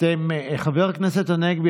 חבר הכנסת הנגבי,